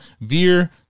Veer